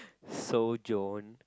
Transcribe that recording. sojourn